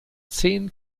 zehn